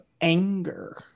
anger